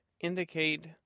indicate